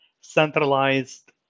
centralized